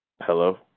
Hello